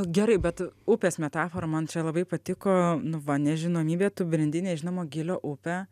gerai bet upės metafora man čia labai patiko nu va nežinomybė tu brendi nežinomo gylio upe